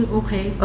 okay